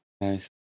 Nice